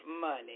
money